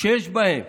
שיש בהם